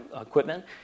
equipment